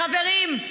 חברים,